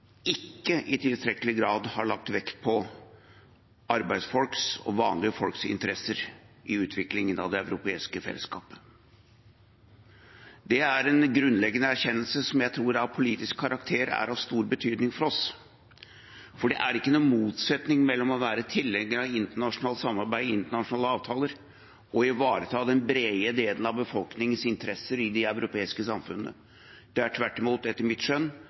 ikke i tilstrekkelig grad har lagt vekt på arbeidsfolks og vanlige folks interesser i utviklingen av det europeiske fellesskapet. Det er en grunnleggende erkjennelse av politisk karakter som jeg tror er av stor betydning for oss. For det er ingen motsetning mellom å være tilhenger av internasjonalt samarbeid og internasjonale avtaler og å ivareta den brede delen av befolkningens interesser i de europeiske samfunnene. Dette er tvert imot etter mitt skjønn